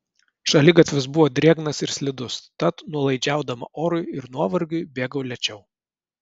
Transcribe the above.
šaligatvis buvo drėgnas ir slidus tad nuolaidžiaudama orui ir nuovargiui bėgau lėčiau